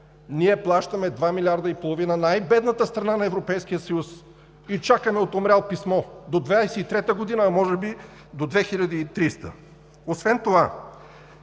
Ние плащаме два милиарда и половина – най-бедната страна на Европейския съюз, и чакаме от умрял писмо до 2023 г., а може би до 2030 г.! Освен това,